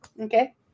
okay